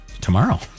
tomorrow